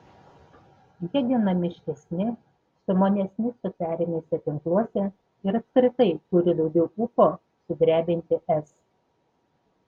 jie dinamiškesni sumanesni socialiniuose tinkluose ir apskritai turi daugiau ūpo sudrebinti es